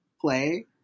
play